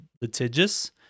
litigious